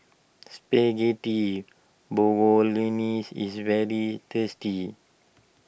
Spaghetti is very tasty